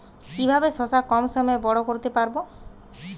কিভাবে শশা কম সময়ে বড় করতে পারব?